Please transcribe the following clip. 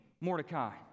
mordecai